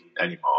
anymore